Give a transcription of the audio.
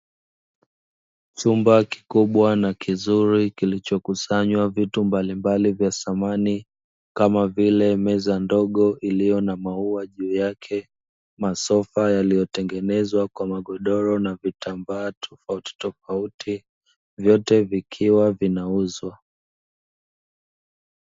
Chumba kikubwa na kizuri kilichokusanywa vitu mbalimbali vya samani kama vile: meza ndogo iliyo na maua juu yake, masofa yaliyotengenezwa kwa magodoro na vitambaa tofautitofauti, vyote vikiwa vinauzwa.